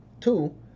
Two